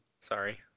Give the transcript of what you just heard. sorry